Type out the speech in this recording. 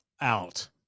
out